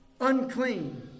unclean